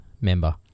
member